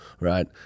right